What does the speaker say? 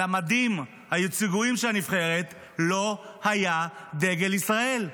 על המדים הייצוגיים של הנבחרת לא היה דגל ישראל.